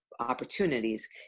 Opportunities